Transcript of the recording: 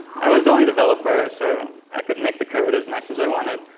i was the only developer, so i could make the code as nice as i wanted.